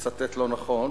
לצטט לא נכון,